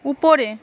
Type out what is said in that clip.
উপরে